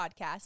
podcast